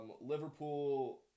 Liverpool